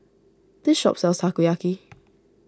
this shop sells Takoyaki